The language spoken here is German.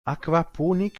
aquaponik